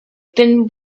thin